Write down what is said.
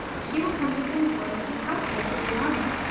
she will come to kingsport and keep house for us if we want her,